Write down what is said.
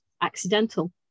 accidental